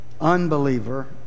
unbeliever